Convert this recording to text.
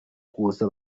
kuza